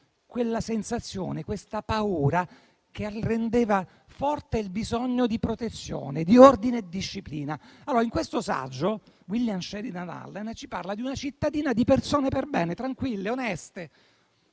una sensazione di paura che rendeva forte il bisogno di protezione, di ordine e di disciplina. In quel saggio William Sheridan Allen ci parla di una cittadina di persone perbene, tranquille e oneste.